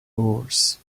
horse